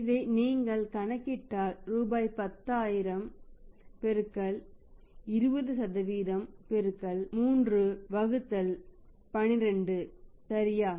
இதை நீங்கள் கணக்கிட்டால் ரூபாய் 10000 x 20 x 3 ÷ 12 சரியா